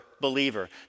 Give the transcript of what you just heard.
believer